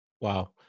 Wow